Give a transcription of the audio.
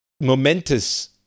momentous